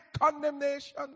condemnation